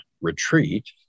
retreat